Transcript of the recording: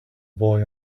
boy